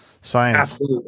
science